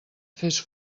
fes